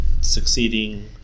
succeeding